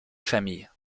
familles